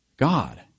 God